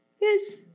Yes